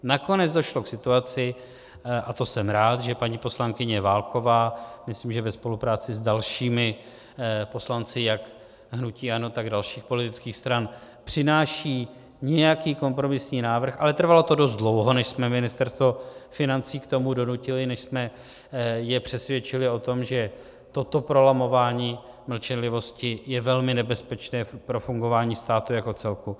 Nakonec došlo k situaci, a to jsem rád, že paní poslankyně Válková, myslím, že ve spolupráci s dalšími poslanci jak hnutí ANO, tak dalších politických stran, přináší nějaký kompromisní návrh, ale trvalo to dost dlouho, než jsme Ministerstvo financí k tomu donutili, než jsme je přesvědčili o tom, že toto prolamování mlčenlivosti je velmi nebezpečné pro fungování státu jako celku.